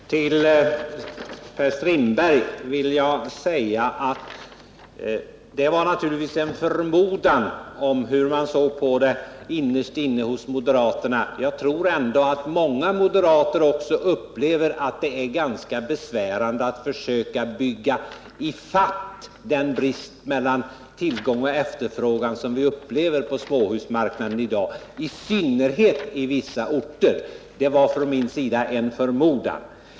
Herr talman! Till Per-Olof Strindberg vill jag säga att det naturligtvis var en förmodan om hur man innerst inne hos moderaterna såg på frågan. Jag tror att många moderater också upplever att det är ganska besvärande att försöka bygga ifatt efterfrågan med tanke på den brist som vi i dag har på 207 småhusmarknaden, i synnerhet i vissa orter. Det var alltså en förmodan från min sida.